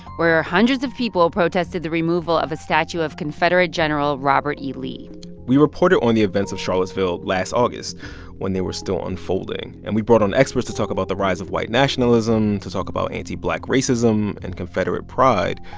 where hundreds of people protested the removal of a statue of confederate general robert e. lee we reported on the events of charlottesville last august when they were still unfolding. and we brought on experts to talk about the rise of white nationalism, to talk about anti-black racism and confederate pride.